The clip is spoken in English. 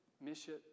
mission